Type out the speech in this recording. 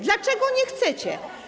Dlaczego nie chcecie?